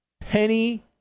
Penny